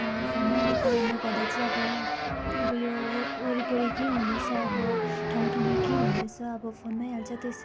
फोनमै भएको कारणले गर्दा चाहिँ अब अब यो वरिपरि के हुँदोरहेछ अब ठाउँ ठाउँमा के हुँदोरहेछ अब फोनमै हाल्छ त्यो सब